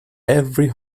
every